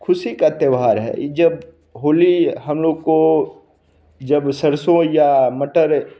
खुशी का त्योहार है ये जब होली हम लोग को सरसों या मटर